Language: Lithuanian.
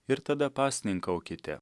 ir tada pasninkaukite